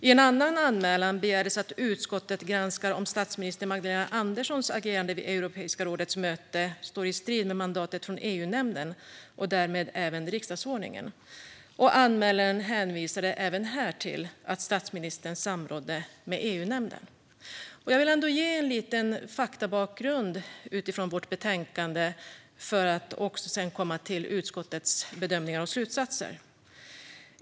I en annan anmälan begärdes att utskottet skulle granska om statsminister Magdalena Anderssons agerande vid Europeiska rådets möte står i strid med mandatet från EU-nämnden och därmed även riksdagsordningen. Anmälaren hänvisade även här till att statsministern samrådde med EU-nämnden. Jag vill ändå ge en liten faktabakgrund utifrån vårt betänkande för att sedan komma till utskottets bedömningar och slutsatser.